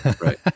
right